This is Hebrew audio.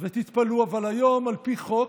ותתפלאו, היום, על פי חוק,